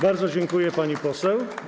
Bardzo dziękuję, pani poseł.